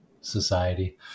society